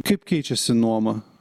kaip keičiasi nuoma